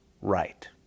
right